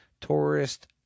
tourist